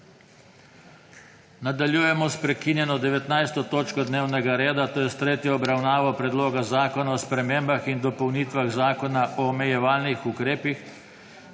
Nadaljujemo sprekinjeno5. točko dnevnega reda, to je s tretjo obravnavo Predloga zakona o spremembah in dopolnitvah Zakona o morskem